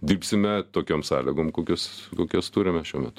dirbsime tokiom sąlygom kokios kokias turime šiuo metu